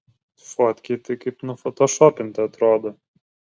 fotkėj tai kaip nufotošopinta atrodo